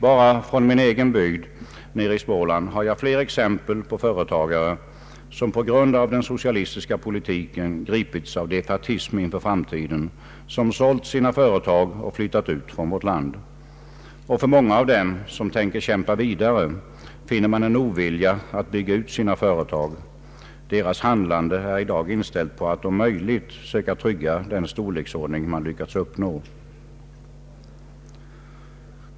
Bara från min egen bygd nere i Småland har jag flera exempel på företagare, som på grund av den socialistiska politiken gripits av defaitism inför framtiden, som sålt sina företag och flyttat ut från vårt land. För många av dem som tänker kämpa vidare finner man en ovilja att bygga ut sina företag. Deras handlande är i dag inställt på att om möjligt söka trygga den nuvarande storleken av företaget.